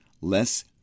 less